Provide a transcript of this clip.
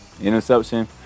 Interception